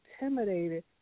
intimidated